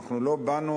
אנחנו לא באנו,